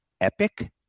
Epic